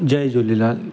Jay Jhulelal